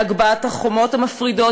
להגבהת החומות המפרידות